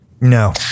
no